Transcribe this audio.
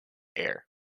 heir